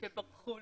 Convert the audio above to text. מרב,